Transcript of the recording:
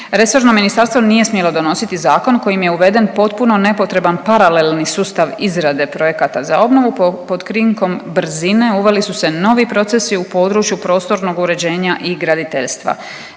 Resorno ministarstvo nije smjelo donositi zakon kojim je uveden potpuno nepotreban paralelni sustav izrade projekata za obnovu, pod krinkom brzine, uveli su se novi procesi u području prostornog uređenja i graditeljstva.